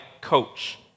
Coach